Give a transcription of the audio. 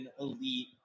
elite